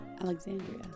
Alexandria